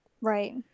Right